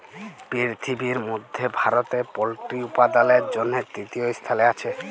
পিরথিবির মধ্যে ভারতে পল্ট্রি উপাদালের জনহে তৃতীয় স্থালে আসে